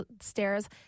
stairs